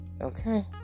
Okay